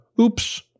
Oops